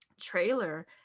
trailer